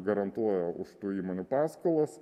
garantuoja už tų įmonių paskolas